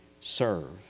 serve